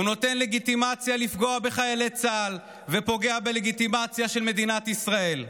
הוא נותן לגיטימציה לפגוע בחיילי צה"ל ופוגע בלגיטימציה של מדינת ישראל.